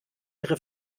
ihre